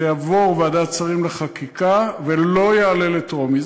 יעבור ועדת שרים לחקיקה ולא יעלה לטרומית.